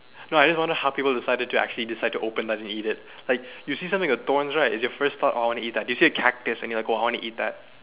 no I just want to know how people to decided to actually decide and open that and eat it like you see something with thorns right it is your first thought oh I want to eat that you see a cactus and like oh I want to eat that